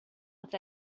with